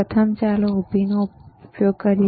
પ્રથમ ચાલો ઉભીનો ઉપયોગ કરીએ